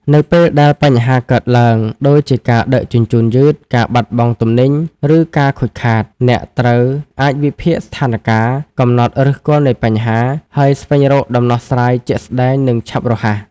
នៅពេលដែលបញ្ហាកើតឡើង (ដូចជាការដឹកជញ្ជូនយឺត ការបាត់បង់ទំនិញ ឬការខូចខាត) អ្នកត្រូវអាចវិភាគស្ថានការណ៍ កំណត់ឫសគល់នៃបញ្ហា ហើយស្វែងរកដំណោះស្រាយជាក់ស្តែង និងឆាប់រហ័ស។